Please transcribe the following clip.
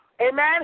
Amen